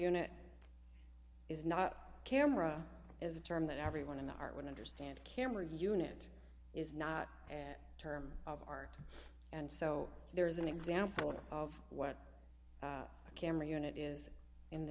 unit is not camera is a term that everyone in the art would understand camera unit is not an term of art and so there is an example of what a camera unit is in